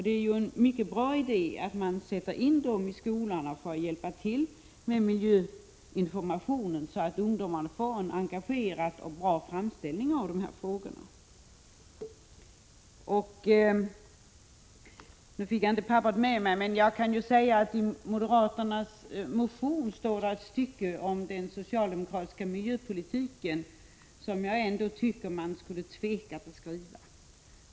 Det är en mycket bra idé att de får hjälpa till i skolorna med miljöinformation så att ungdomarna får en engagerad och bra framställning i dessa frågor. I moderaternas motion står ett stycke om den socialdemokratiska miljöpolitiken som jag tycker man skulle ha tvekat att skriva.